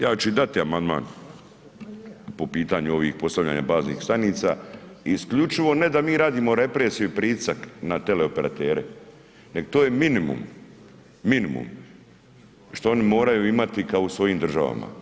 Ja ću i dati amandman po pitanju ovih postavljanja baznih stanica i isključivo ne da mi radimo represiju i pritisak na teleoperatere, neg to je minimum, minimum što oni moraju imati kao u svojim državama.